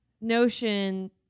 notion